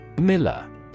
Miller